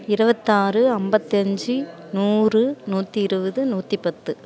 இருபத்தாறு ஐம்பத்தி அஞ்சு நூறு நூற்றி இருபது நூற்றிப் பத்து